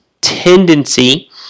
tendency